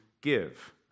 give